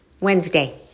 Wednesday